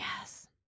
Yes